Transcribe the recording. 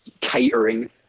catering